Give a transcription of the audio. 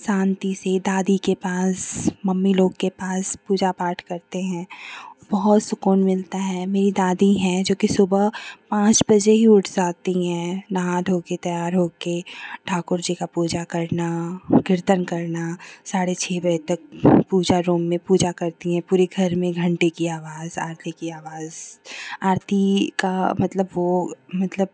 शान्ति से दादी के पास मम्मी लोग के पास पूजा पाठ करते हैं बहुत सुकून मिलता है मेरी दादी हैं जोकि सुबह पाँच बजे ही उठ जाती हैं नहा धोकर तैयार होकर ठाकुर जी की पूजा करना कीर्तन करना साढ़े छह बजे तक पूजा रूम में पूजा करती हैं पूरे घर में घण्टी की आवाज़ आरती की आवाज़ आरती का मतलब वह मतलब